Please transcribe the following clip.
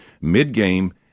mid-game